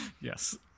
Yes